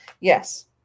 yes